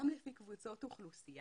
גם לפי קבוצות אוכלוסייה